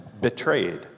betrayed